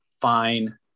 Fine